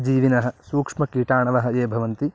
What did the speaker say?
जीविनः सूक्ष्मकीटाणवः ये भवन्ति